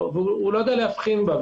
הוא לא יודע להבחין בה,